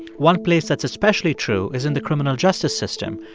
one place that's especially true is in the criminal justice system,